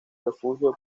refugio